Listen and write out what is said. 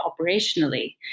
operationally